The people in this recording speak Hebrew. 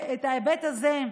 בהיבט הזה,